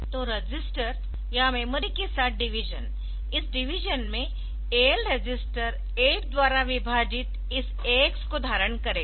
तो रजिस्टर या मेमोरी के साथ डिवीजन इस डिवीजन में AL रजिस्टर 8 द्वारा विभाजित इस AX को धारण करेगा